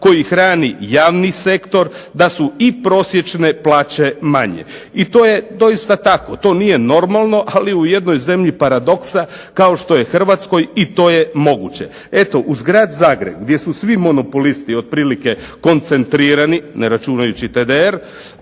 koji hrani javni sektor, da su i prosječne plaće manje. I to je doista tako, to nije normalno ali u jednoj zemlji paradoksa kao što je Hrvatskoj i to je moguće. Eto, uz Grad Zagreb gdje su svi monopolisti otprilike koncentrirani, ne računajući TDR,